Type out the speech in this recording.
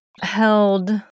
held